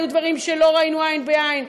היו דברים שלא ראינו עין בעין.